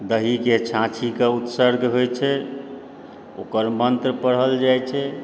दहीके छाछीके उत्सर्ग होइत छै ओकर मन्त्र पढ़ल जाइत छै